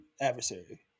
adversary